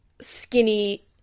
skinny